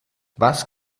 was